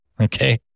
okay